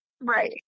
Right